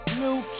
new